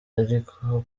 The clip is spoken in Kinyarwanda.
ariko